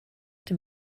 dem